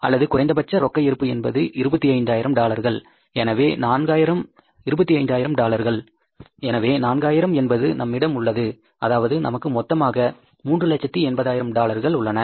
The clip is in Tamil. அல்லது குறைந்த பட்ச ரொக்க இருப்பு என்பது 25000 டாலர்கள் எனவே 4000 என்பது நம்மிடம் உள்ளது அதாவது நமக்கு மொத்தமாக 380000 டாலர்கள் உள்ளது